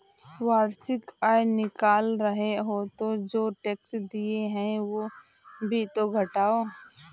वार्षिक आय निकाल रहे हो तो जो टैक्स दिए हैं वो भी तो घटाओ